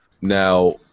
now